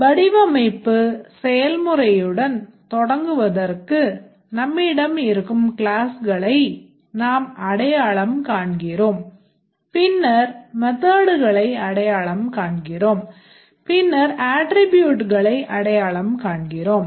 வடிவமைப்பு செயல்முறையுடன் தொடங்குவதற்கு நம்மிடம் இருக்கும் classகளை நாம் அடையாளம் காண்கிறோம் பின்னர் methodகளை அடையாளம் காண்கிறோம் பின்னர் attributeகளை அடையாளம் காண்கிறோம்